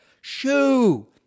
Shoo